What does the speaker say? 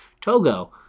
Togo